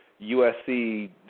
USC